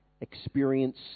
experience